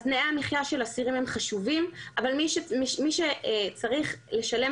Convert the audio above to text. אז תנאי המחיה של אסירים הם חשובים אבל מי שצריך לשלם